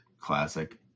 classic